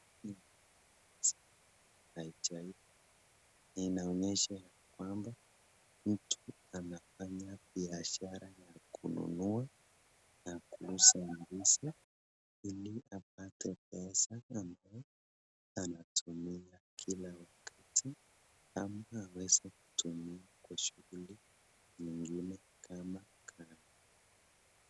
Hii ni ndizi haija iva, inaonyesha ya kwamba mtu anafanya biashara ya kununua na kuuza ndizi ili apate pesa ambayo anatumia kila wakati ama anaweza kutumia kwa shughuli nyingine kama karo.